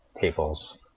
tables